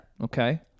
Okay